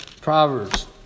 Proverbs